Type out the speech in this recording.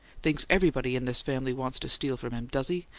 thinks everybody in this family wants to steal from him, does he?